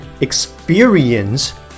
experience